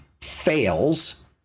fails